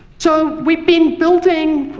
so, we've been building